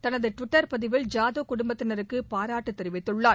தனது டுவிட்டர் பதிவில் ஜாதவ் குடும்பத்தினருக்கு பாராட்டு தெரிவித்துள்ளார்